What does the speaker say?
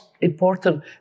important